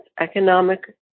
economic